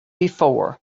before